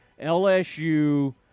LSU